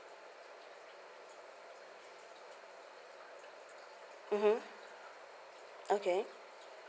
mmhmm okay